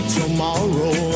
tomorrow